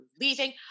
leaving